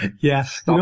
Yes